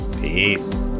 peace